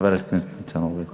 חבר הכנסת הורוביץ